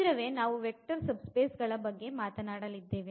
ಶೀಘ್ರವೇ ನಾವು vector subspace ಗಳ ಬಗ್ಗೆ ಮಾತನಾಡಲಿದ್ದೇವೆ